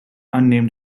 unnamed